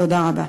תודה רבה.